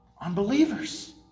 unbelievers